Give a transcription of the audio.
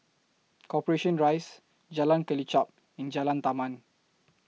Corporation Rise Jalan Kelichap in Jalan Taman